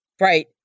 right